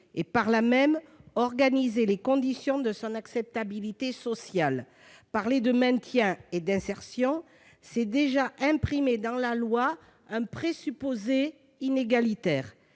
et, par là même, organiser les conditions de son acceptabilité sociale. Parler de « maintien » et d'« insertion », c'est déjà imprimer dans la loi un présupposé inégalitaire.